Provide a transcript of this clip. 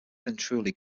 venturi